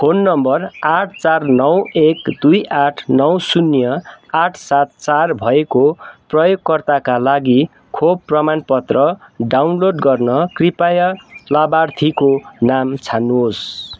phone number आठ चार नौ एक दुई आठ नौ शून्य आठ सात चार भएको प्रयोगकर्ताका लागि खोप प्रमाण पत्र डाउनलोड गर्न कृपया लाभार्थीको नाम छान्नुहोस्